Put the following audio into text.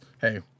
hey